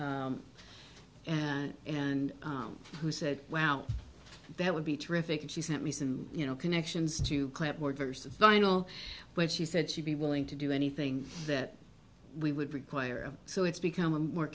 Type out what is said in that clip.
e and and who said wow that would be terrific and she sent me some you know connections to clipboard versus vinyl when she said she'd be willing to do anything that we would require so it's become a more